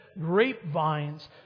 grapevines